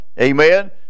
Amen